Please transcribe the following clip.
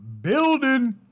building